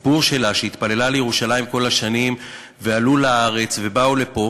שהתפללה לירושלים כל השנים ועלתה לארץ ובאה לפה,